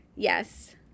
Yes